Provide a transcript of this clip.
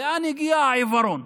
לאן הגיע העיוורון?